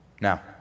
Now